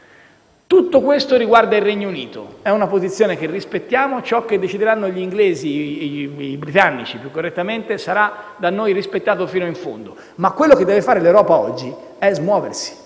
Tutto questo riguarda il Regno Unito; è una posizione che rispettiamo e ciò che decideranno i britannici sarà da noi rispettato fino in fondo. Ma quello che deve fare l'Europa oggi è smuoversi,